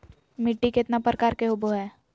मिट्टी केतना प्रकार के होबो हाय?